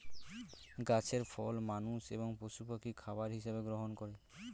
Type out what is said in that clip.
গাছের ফল মানুষ এবং পশু পাখি খাবার হিসাবে গ্রহণ করে